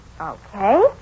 Okay